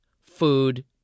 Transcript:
Food